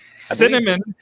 Cinnamon